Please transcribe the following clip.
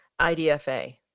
IDFA